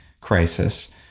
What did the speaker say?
crisis